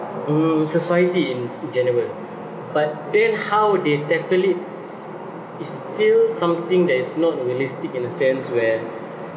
mm society in general but then how they tackle it's still something that is not realistic in a sense where